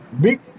Big